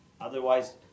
Otherwise